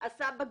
הוא עשה בגרות